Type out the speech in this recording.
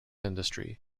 industry